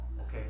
Okay